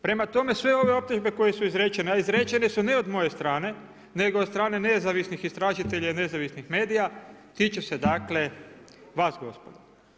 Prema tome, sve ove optužbe koje su izrečene, a izrečene su ne od moje strane, nego od strane nezavisnih istražitelja i nezavisnih medija tiče se dakle vas gospodo.